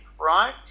right